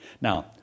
Now